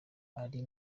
ari